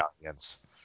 audience